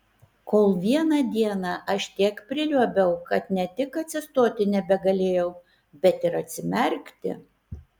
kol vieną dieną aš tiek priliuobiau kad ne tik atsistoti nebegalėjau bet ir atsimerkti